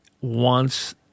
wants